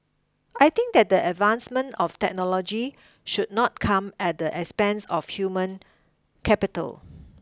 I think that the advancement of technology should not come at the expense of human capital